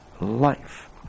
life